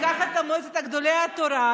ניקח את מועצת גדולי התורה,